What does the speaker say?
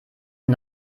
wir